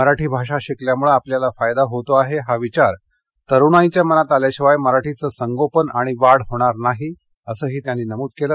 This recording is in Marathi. मराठी भाषा शिकल्यामुळं आपल्याला फायदा होतो आहे हा विचार तरुणाईच्या मनात आल्याशिवाय मराठीचं संगोपन आणि वाढ होणार नाही असंही त्यांनी नमूद केलं